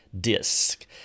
Disc